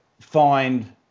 find